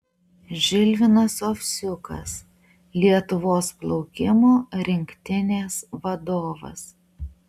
žilvinas ovsiukas lietuvos plaukimo rinktinės vadovas